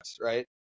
right